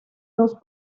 dos